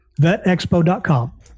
Vetexpo.com